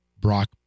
Brock